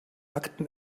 akten